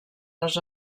les